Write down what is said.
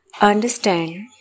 understand